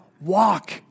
walk